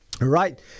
Right